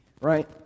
Right